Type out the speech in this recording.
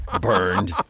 Burned